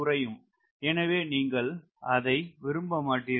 எனவே நீங்கள் அதை விரும்ப மாட்டீர்கள்